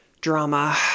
drama